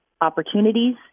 opportunities